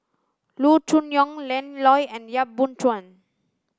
Loo Choon Yong Lan Loy and Yap Boon Chuan